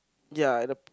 ya at the